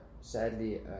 sadly